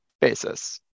basis